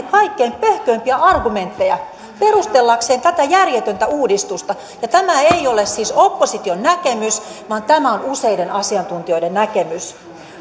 kaikkein pöhköimpiä argumentteja perustellaksenne tätä järjetöntä uudistusta ja tämä siis ei ole opposition näkemys vaan tämä on useiden asiantuntijoiden näkemys